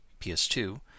PS2